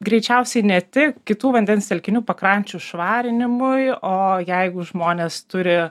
greičiausiai ne tik kitų vandens telkinių pakrančių švarinimui o jeigu žmonės turi